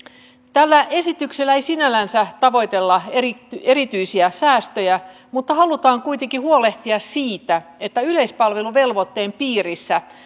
tällä esityksellä ei sinällänsä tavoitella erityisiä säästöjä mutta halutaan kuitenkin huolehtia siitä että kun yleispalveluvelvoitteen piirissä